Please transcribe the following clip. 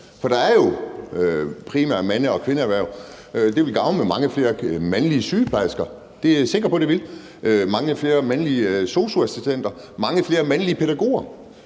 der primært er mande- og kvindeerhverv, og det ville gavne med mange flere mandlige sygeplejersker, mange flere mandlige sosu-assistenter, mange flere mandlige pædagoger